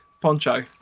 poncho